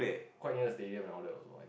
quite near to Stadium and all those right